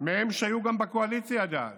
מהם שהיו גם בקואליציה, אגב.